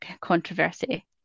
controversy